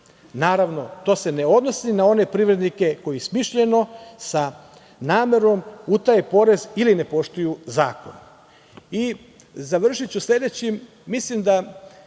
Naravno, to se ne odnosi na one privrednike koji smišljeno sa namerom utaje porez ili ne poštuju zakon. Završiću sledećim. Mislim da